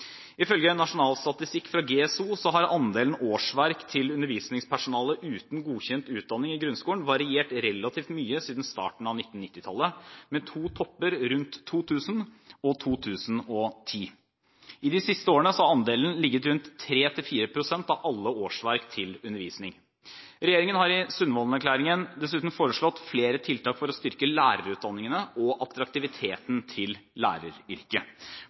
Ifølge nasjonal statistikk fra GSI har andelen årsverk til undervisningspersonale uten godkjent utdanning i grunnskolen variert relativt mye siden starten av 1990-tallet, med to topper rundt 2000 og 2010. I de siste årene har andelen ligget rundt 3 til 4 pst. av alle årsverk til undervisning. Regjeringen har i Sundvolden-erklæringen dessuten foreslått flere tiltak for å styrke lærerutdanningene og attraktiviteten til læreryrket.